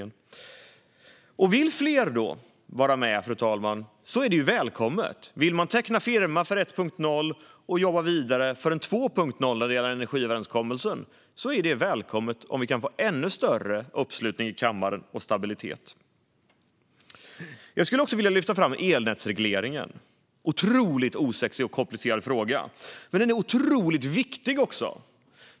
Om fler vill vara med, fru talman, är det välkommet. Om man vill teckna firma för 1.0 och jobba vidare för en 2.0 när det gäller energiöverenskommelsen är det välkommet, om vi kan få ännu större uppslutning i kammaren och stabilitet. Jag skulle också vilja lyfta fram elnätsregleringen. Det är en otroligt osexig och komplicerad fråga, men den är också otroligt viktig.